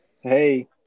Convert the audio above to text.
hey